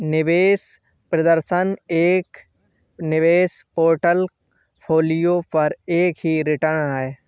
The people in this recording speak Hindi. निवेश प्रदर्शन एक निवेश पोर्टफोलियो पर एक रिटर्न है